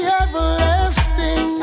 everlasting